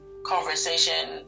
Conversation